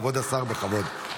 כבוד השר, בכבוד.